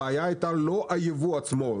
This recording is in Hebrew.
הבעיה לא היתה הייבוא עצמו.